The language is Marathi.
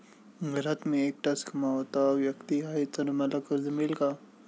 घरात मी एकटाच कमावता व्यक्ती आहे तर मला कर्ज मिळेल का?